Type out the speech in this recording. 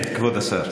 כן, כבוד סגן השר.